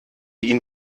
ihn